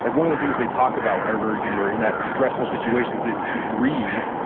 like one of the things they talk about whenever you are in that stressful situations is to breathe.